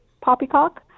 poppycock